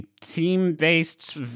team-based